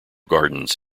gardens